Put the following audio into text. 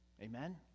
Amen